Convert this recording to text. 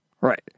Right